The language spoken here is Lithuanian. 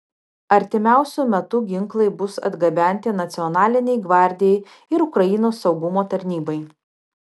artimiausiu metu ginklai bus atgabenti nacionalinei gvardijai ir ukrainos saugumo tarnybai